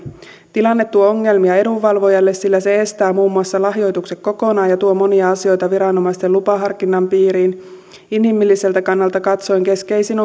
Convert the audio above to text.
tilanne tuo ongelmia edunvalvojalle sillä se estää muun muassa lahjoitukset kokonaan ja tuo monia asioita viranomaisten lupaharkinnan piiriin inhimilliseltä kannalta katsoen keskeisin